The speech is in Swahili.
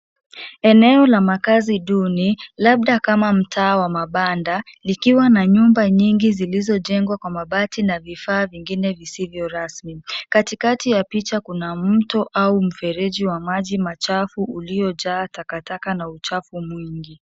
Eneo la makaazi duni, labda kama mtaa wa mabanda likiwa na nyumba nyingi zilizojengwa kwa mabati na vifaa vingine visivyo rasmi. Katikati ya picha kuna mto au mfereji wa maji machafu uliyojaa takataka na uchafu mwingi.